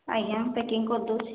ଆଜ୍ଞା ମୁଁ ପ୍ୟାକିଙ୍ଗ କରିଦେଉଛି